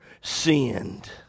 sinned